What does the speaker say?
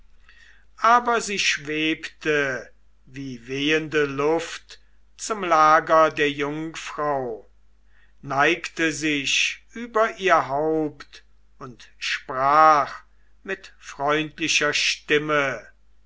aber sie schwebte wie wehende luft zum lager der jungfrau neigte sich über ihr haupt und sprach mit freundlicher stimme